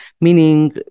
Meaning